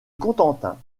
cotentin